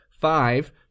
Five